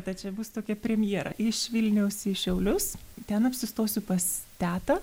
čia bus tokia premjera iš vilniaus į šiaulius ten apsistosiu pas tetą